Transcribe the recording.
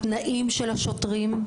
התנאים של השוטרים,